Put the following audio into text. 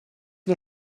nur